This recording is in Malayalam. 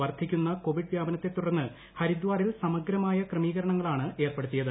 വർദ്ധിക്കുന്ന കൊവിഡ് വ്യാപനത്തെ തുടർന്ന് ഹരിദാറിൽ സമഗ്രമായ ക്രമീകരണങ്ങളാണ് ഏർപ്പെടുത്തിയത്